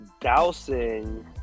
Dousing